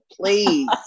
please